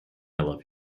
love